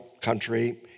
country